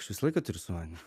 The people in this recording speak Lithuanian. aš visą laiką turiu sumanymų